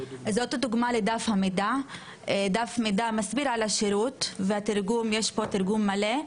דף המידע מסביר על השירות ויש פה תרגום מלא,